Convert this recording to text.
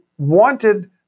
wanted